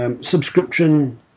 Subscription